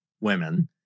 Women